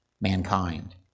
mankind